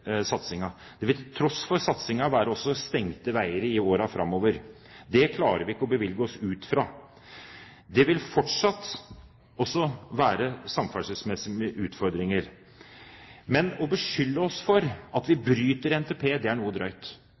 Det vil fortsatt være rasutsatte strekninger, til tross for den historiske satsingen. Til tross for satsingen vil det også være stengte veier i årene framover. Det klarer vi ikke å bevilge oss ut av. Det vil fortsatt være samferdselsmessige utfordringer, men å beskylde oss for at vi bryter NTP, er noe